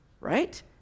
right